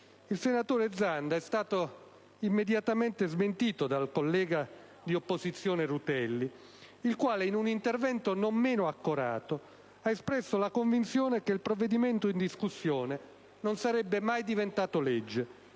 il senatore Zanda è stato immediatamente smentito dal collega di opposizione Rutelli, il quale, in un intervento non meno accorato, ha espresso la convinzione che il provvedimento in discussione non sarebbe mai diventato legge,